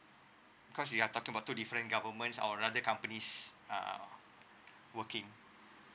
cause we are talking about two different governments or another companies uh working